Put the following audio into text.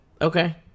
Okay